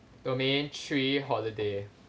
domain three holiday